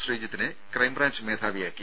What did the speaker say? ശ്രീജിത്തിനെ crime branch മേധാവിയാക്കി